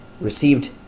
received